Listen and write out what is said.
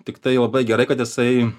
tiktai labai gerai kad jisai